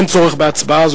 אין צורך בהצבעה,